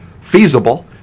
feasible